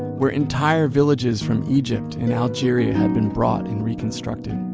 where entire villages from egypt and algeria had been brought and reconstructed.